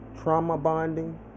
trauma-bonding